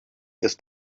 ist